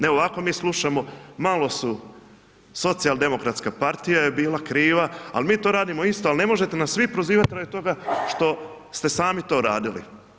Ne, ovako mi slušamo, malo su socijal-demokratska partija je bila kriva, ali mi to radimo isto, ali ne možete nas vi prozivati radi toga što ste sami to radili.